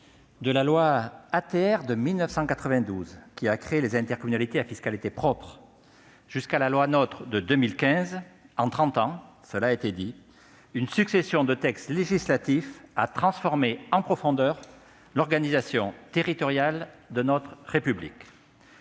de la loi ATR de 1992, qui a créé les intercommunalités à fiscalité propre, en passant par la loi NOTRe de 2015, une succession de textes législatifs a transformé en profondeur l'organisation territoriale de notre République.